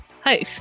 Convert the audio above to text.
Hi